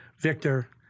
Victor